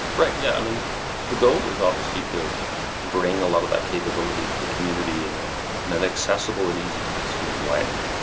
right. yeah um and the goal is obviously to bring a little of that capability to the community in ah in an accessible and easy to consume way.